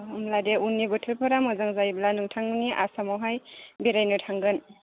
नांला दे उननि बोथोरफोरा मोजां जायोब्ला नोंथांमोननि आसामावहाय बेरायनो थांगोन